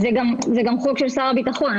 זה חוק גם של שר הביטחון,